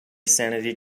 sanity